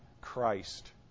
Christ